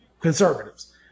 conservatives